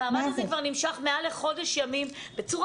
המעמד הזה כבר נמשך מעל לחודש ימים בצורה